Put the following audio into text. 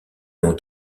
ont